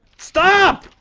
stop!